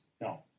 no